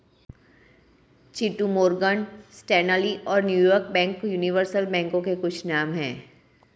Chintu Morgan Stanley और New York bank universal बैंकों के कुछ नाम है